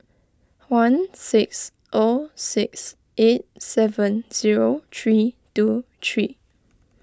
one six O six eight seven zero three two three